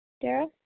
Dara